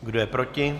Kdo je proti?